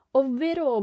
ovvero